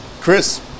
chris